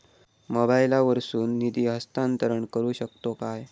मोबाईला वर्सून निधी हस्तांतरण करू शकतो काय?